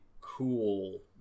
cool